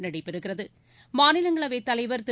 இந்தக் நடைபெறுகிறது மாநிலங்களவைத் தலைவர் திரு